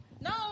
No